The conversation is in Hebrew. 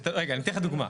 רגע, אני אתן לך דוגמה.